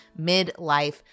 midlife